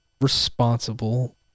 responsible